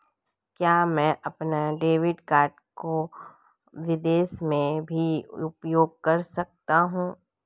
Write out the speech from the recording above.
क्या मैं अपने डेबिट कार्ड को विदेश में भी उपयोग कर सकता हूं?